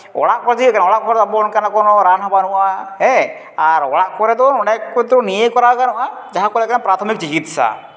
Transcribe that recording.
ᱚᱲᱟᱜ ᱠᱚ ᱪᱤᱠᱟᱹᱜ ᱠᱟᱱᱟ ᱚᱲᱟᱜ ᱠᱚᱨᱮ ᱫᱚ ᱟᱵᱚ ᱚᱱᱠᱟᱱᱟᱜ ᱠᱳᱱᱚ ᱨᱟᱱ ᱦᱚᱸ ᱵᱟᱹᱱᱩᱜᱼᱟ ᱦᱮᱸ ᱟᱨ ᱚᱲᱟᱜ ᱠᱚᱨᱮ ᱫᱚ ᱱᱚᱰᱮ ᱫᱚ ᱠᱤᱱᱛᱩ ᱱᱤᱭᱟᱹ ᱠᱚᱨᱟᱣ ᱜᱟᱱᱚᱜᱼᱟ ᱡᱟᱦᱟᱸ ᱠᱚ ᱞᱟᱹᱭ ᱯᱨᱟᱛᱷᱚᱢᱤᱠ ᱪᱤᱠᱤᱛᱥᱟ ᱤᱱᱟᱹ